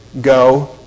go